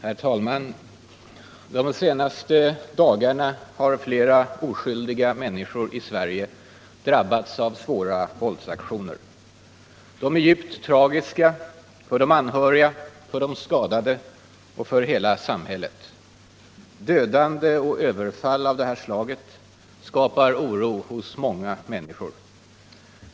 Herr talman! De senaste dagarna har flera oskyldiga människor i Sverige drabbats av svåra våldsaktioner. De är djupt tragiska — för de anhöriga, för de skadade och för hela samhället. Dödande och överfall av det här slaget skapar oro hos många människor.